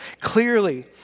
clearly